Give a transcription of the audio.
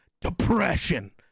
Depression